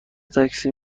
تاکسی